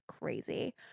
Crazy